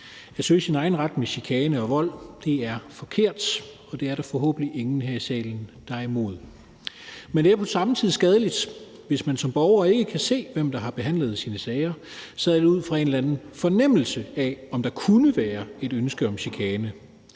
At søge sin egen ret med chikane og vold er forkert, og det er der forhåbentlig ingen her i salen der er imod. Men det er samtidig skadeligt, hvis man som borger ikke kan se, hvem der har behandlet ens sager – så er det ud fra en eller anden fornemmelse af, om der kunne være et ønske om chikane.